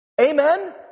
Amen